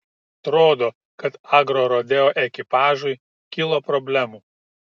atrodo kad agrorodeo ekipažui kilo problemų